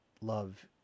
love